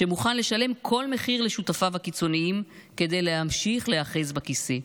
שמוכן לשלם כל מחיר לשותפיו הקיצוניים כדי להמשיך להיאחז בכיסא,